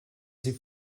sie